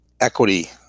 equity